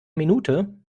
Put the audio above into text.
minute